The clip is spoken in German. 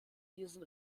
diesen